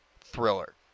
thriller